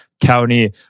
County